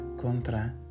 contra